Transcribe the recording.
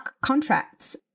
contracts